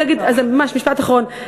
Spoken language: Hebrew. אני רוצה להגיד אז ממש משפט אחרון.